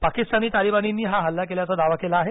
पाकिस्तानी तालिबार्नींनी हा हल्ला केल्याचा दावा केला आहे